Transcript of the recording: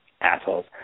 Assholes